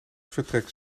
vertrekt